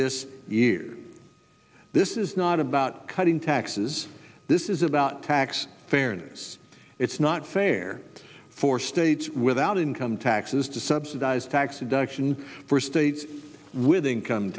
this year this is not about cutting taxes this is about tax fairness it's not fair for states without income taxes to subsidize tax deduction for states with income